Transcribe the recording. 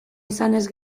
izanez